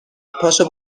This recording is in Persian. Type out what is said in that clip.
پاشو